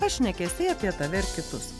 pašnekesiai apie tave ir kitus